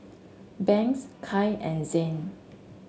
Banks Kai and Zhane